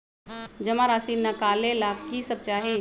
जमा राशि नकालेला कि सब चाहि?